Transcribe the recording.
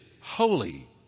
holy